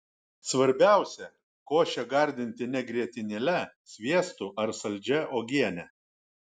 svarbiausia košę gardinti ne grietinėle sviestu ar saldžia uogiene